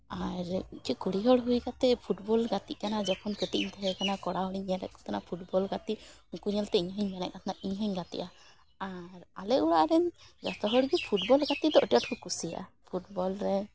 ᱟᱨ ᱢᱤᱫᱴᱮᱱ ᱠᱩᱲᱤ ᱦᱚᱲ ᱦᱩᱭ ᱠᱟᱛᱮᱫ ᱯᱷᱩᱴᱵᱚᱞ ᱜᱟᱛᱮᱜ ᱠᱟᱱᱟᱭ ᱡᱚᱠᱷᱚᱱ ᱠᱟᱹᱴᱤᱡ ᱤᱧ ᱛᱟᱦᱮᱸᱠᱟᱱᱟ ᱠᱚᱲᱟ ᱦᱚᱲᱤᱧ ᱧᱮᱞᱮᱫ ᱠᱚ ᱛᱟᱦᱮᱱᱟ ᱯᱷᱩᱴᱵᱚᱞ ᱜᱟᱛᱮ ᱩᱝᱠᱩ ᱧᱮᱞᱛᱮ ᱤᱧ ᱦᱚᱧ ᱢᱮᱱᱮᱫ ᱠᱟᱱ ᱛᱟᱦᱮᱸᱫ ᱤᱧ ᱦᱚᱧ ᱜᱟᱛᱮᱜᱼᱟ ᱟᱨ ᱟᱞᱮ ᱚᱲᱟᱜ ᱨᱮᱱ ᱡᱚᱛᱚ ᱦᱚᱲ ᱜᱮ ᱯᱷᱩᱴᱵᱚᱞ ᱜᱟᱛᱮ ᱫᱚ ᱟᱹᱰᱤ ᱟᱸᱴ ᱠᱚ ᱠᱩᱥᱤᱭᱟᱜᱼᱟ ᱯᱷᱩᱴᱵᱚᱞ ᱨᱮ